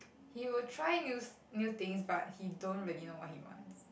he would try new s~ new things but he don't really know what he wants